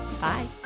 Bye